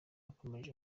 akomereje